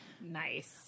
Nice